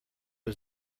was